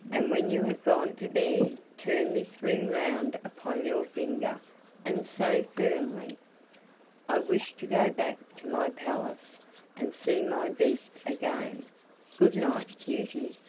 and when you have gone to bed turn this ring round upon your finger and say firmly i wish to go back to my palace and see my beast again good-night, beauty.